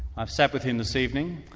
i've sat with him this evening.